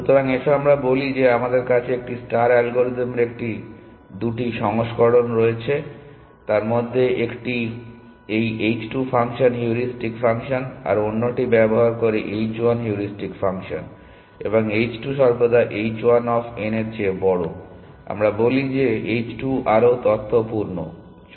সুতরাং এসো আমরা বলি যে আমাদের কাছে একটি স্টার অ্যালগরিদমের এই দুটি সংস্করণ রয়েছে তার মধ্যে একটি এই h 2 ফাংশন হিউরিস্টিক ফাংশন আর অন্যটি ব্যবহার করে h 1 হিউরিস্টিক ফাংশন এবং h 2 সর্বদা h 1 অফ n এর চেয়ে বড় আমরা বলি যে h 2 আরও তথ্যপূর্ণ